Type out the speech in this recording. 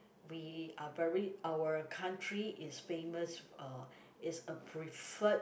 we are very our country is famous uh is a preferred